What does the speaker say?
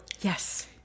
Yes